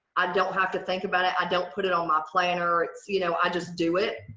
i don't have to think about it. i don't put it on my planner it's you know i just do it.